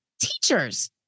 Teachers